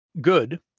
good